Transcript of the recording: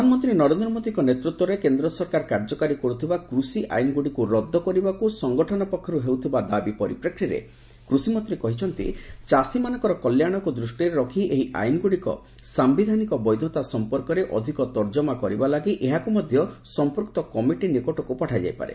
ପ୍ରଧାମନ୍ତ୍ରୀ ନରେନ୍ଦ୍ର ମୋଦିଙ୍କ ନେତୃତ୍ୱରେ କେନ୍ଦ୍ର ସରକାର କାର୍ଯ୍ୟକାରୀ କରୁଥିବା କୃଷି ଆଇନଗୁଡ଼ିକୁ ରଦ୍ଦ କରିବାକୁ ସଙ୍ଗଠନ ପକ୍ଷରୁ ହେଉଥିବା ଦାବି ପରିପ୍ରେକ୍ଷୀରେ କୃଷିମନ୍ତ୍ରୀ କହିଛନ୍ତି ଚାଷୀମାନଙ୍କର କଲ୍ୟାଣକୁ ଦୂଷ୍ଟିରେ ରଖି ଏହି ଆଇନଗୁଡ଼ିକ ସାୟିଧାନିକ ବୈଧତା ସମ୍ପର୍କରେ ଅଧିକ ତର୍ଜମା କରିବା ଲାଗି ଏହାକୁ ମଧ୍ୟ ସମ୍ପୃକ୍ତ କମିଟି ନିକଟକୁ ପଠାଯାଇପାରେ